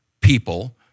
people